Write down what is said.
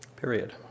period